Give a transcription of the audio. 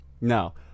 No